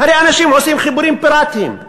הרי אנשים עושים חיבורים פיראטיים.